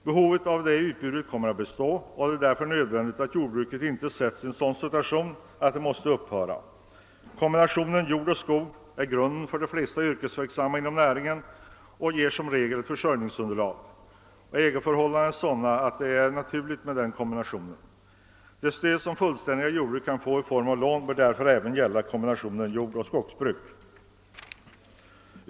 Behovet av detta utbud kommer att bestå, och det är därför nödvändigt att jordbruket inte försätts i en sådan situation att det måste upphöra. Kombinationen jord och skog är grunden för de flesta yrkesverksamma inom näringarna och ger som regel ett försörjningsunderlag. Ägoförhållandena är sådana, att det är naturligt med kombinationen. Det stöd som fullständiga jordbruk kan få i form av lån bör därför även gälla kombinationen jordoch skogsbruk.